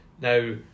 Now